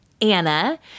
Anna